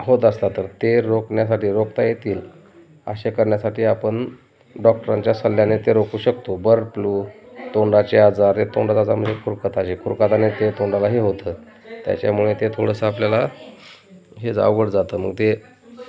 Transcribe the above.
होत असतात तर ते रोखण्यासाठी रोखता येतील असे करण्यासाठी आपण डॉक्टरांच्या सल्ल्याने ते रोखू शकतो बर्ड फ्लू तोंडाचे आजार हे तोंडाचाचा म्हणजे कुरकताचे कुरकताने ते तोंडालाही होतं त्याच्यामुळे ते थोडंसं आपल्याला हेच अवघड जातं मग ते